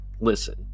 listen